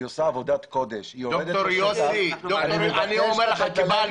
היא עושה עבודת קודש -- אני אומר לך כבעל